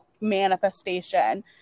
manifestation